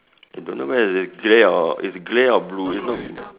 I don't know whether it's grey or it's grey or blue it's not